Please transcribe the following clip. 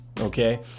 okay